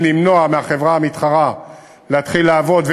למנוע מהחברה המתחרה להתחיל לעבוד.